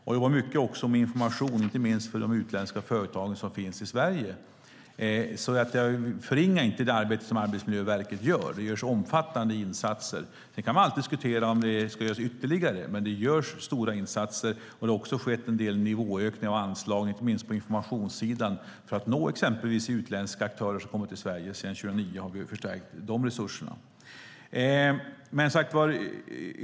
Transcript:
De jobbar också mycket med information, inte minst för de utländska företag som finns i Sverige. Förringa alltså inte det arbete Arbetsmiljöverket gör. Det görs omfattande insatser. Sedan kan man alltid diskutera om det ska göras ytterligare, men det görs stora insatser. Det har också skett en del nivåökningar av anslagen, inte minst på informationssidan, för att nå exempelvis utländska aktörer som kommer till Sverige. Sedan 2009 har vi förstärkt de resurserna.